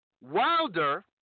Wilder